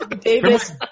Davis